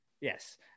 Yes